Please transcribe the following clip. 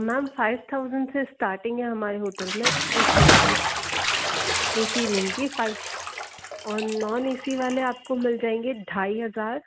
ma'am five thousand से starting है हमारे होटल में ए सी का ए सी रूम का फाइव और नॉन ए सी वाले आपको मिल जाएंगे ढाई हज़ार